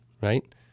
Right